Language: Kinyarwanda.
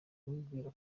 kumubwira